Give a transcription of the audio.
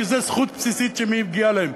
כי זו זכות בסיסית שמגיעה להם.